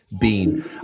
bean